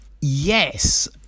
Yes